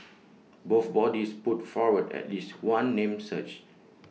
both bodies put forward at least one name search